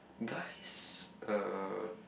guys uh